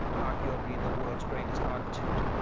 arguably the world's greatest architect,